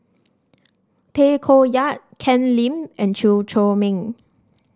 Tay Koh Yat Ken Lim and Chew Chor Meng